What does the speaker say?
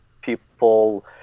people